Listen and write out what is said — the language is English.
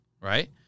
Right